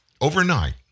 overnight